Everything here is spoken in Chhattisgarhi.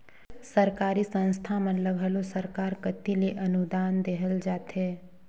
सरकारी संस्था मन ल घलो सरकार कती ले अनुदान देहल जाथे